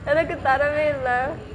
எனக்கு தரவேயில்லே:enaku taraveillae